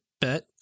bet